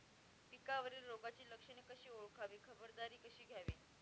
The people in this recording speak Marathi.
पिकावरील रोगाची लक्षणे कशी ओळखावी, खबरदारी कशी घ्यावी?